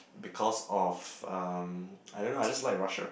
because of um I don't know I just like Russia